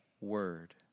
word